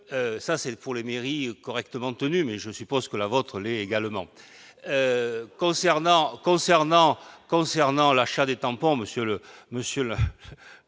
vaut pour les mairies correctement tenues, mais je suppose que la vôtre l'est également ... Concernant l'achat des tampons, monsieur le